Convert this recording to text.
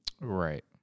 Right